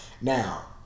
Now